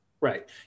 Right